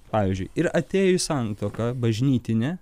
pavyzdžiui ir atėjo į santuoką bažnytinę